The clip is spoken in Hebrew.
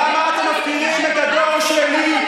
למה אתם מפקירים את הדור שלי,